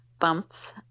bumps